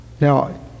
Now